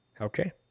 Okay